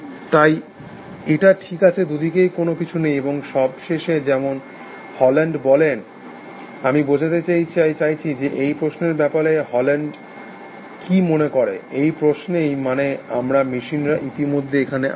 তাই এটা ঠিক আছে দুদিকেই কোনো কিছু নেই এবং সবশেষে যেমন হিউজল্যান্ড বলে আমি বোঝাতে চাইছি যে এই প্রশ্নের ব্যাপারে হিউজল্যান্ড কি মনে করে এই প্রশ্নেই মানে আমরা মেশিনরা ইতিমধ্যে এখানে আছি